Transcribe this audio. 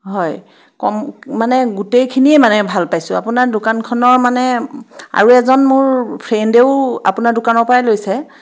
হয় কম মানে গোটেইখিনিয়ে মানে ভাল পাইছোঁ আপোনাৰ দোকানখনৰ মানে আৰু এজন মোৰ ফ্ৰেইণ্ডেও আপোনাৰ দোকানৰ পৰাই লৈছে